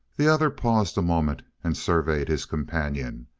the other paused a moment and surveyed his companion.